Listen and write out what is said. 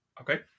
okay